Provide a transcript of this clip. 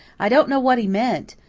i don't know what he meant,